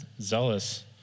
zealous